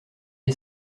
est